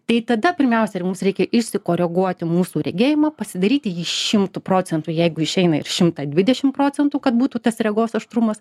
tai tada pirmiausia ir mums reikia išsikoreguoti mūsų regėjimą pasidaryti jį šimtu procentų jeigu išeina ir šimtą dvidešim procentų kad būtų tas regos aštrumas